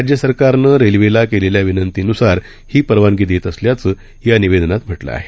राज्य सरकारनं रेल्वेला केलेल्या विनंतीन्सार ही परवानगी देत असल्याचं या निवेदनात म्हटलं आहे